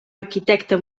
arquitecte